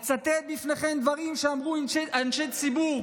אצטט לפניכם דברים שאמרו אנשי ציבור,